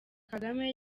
kagame